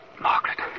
Margaret